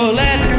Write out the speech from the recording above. let